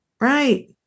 Right